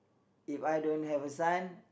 If I don't have a son